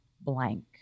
blank